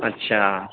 اچھا